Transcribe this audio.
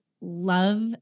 love